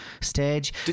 stage